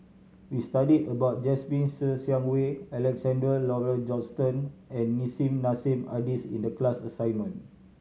we studied about Jasmine Ser Xiang Wei Alexander Laurie Johnston and Nissim Nassim Adis in the class assignment